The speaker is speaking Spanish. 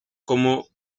como